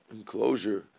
enclosure